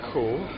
Cool